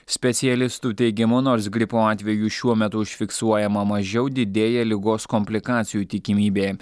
specialistų teigimu nors gripo atvejų šiuo metu užfiksuojama mažiau didėja ligos komplikacijų tikimybė